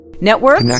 Network